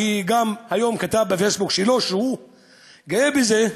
שגם כתב היום בפייסבוק שלו שהוא גאה בזה,